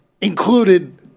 included